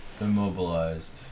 Immobilized